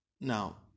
Now